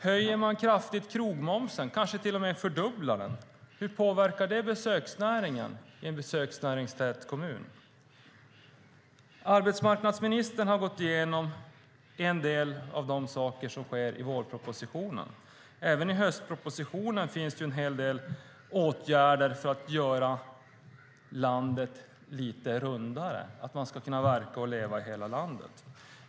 Höjer man kraftigt krogmomsen, kanske till och med fördubblar den, hur påverkar det besöksnäringen i en besöksnäringstät kommun? Arbetsmarknadsministern har gått igenom en del av de saker som sker i vårpropositionen. Även i höstpropositionen finns det en hel del åtgärder att för att göra landet lite rundare, för att man ska kunna verka och leva i hela landet.